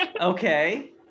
Okay